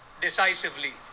decisively